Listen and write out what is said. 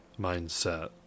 mindset